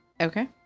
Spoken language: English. Okay